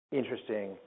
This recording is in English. interesting